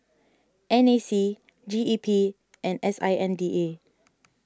N A C G E P and S I N D A